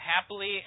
happily